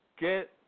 Get